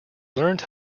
learned